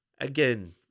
Again